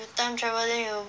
time travel then you